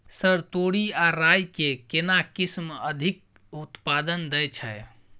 Sir तोरी आ राई के केना किस्म अधिक उत्पादन दैय छैय?